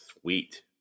sweet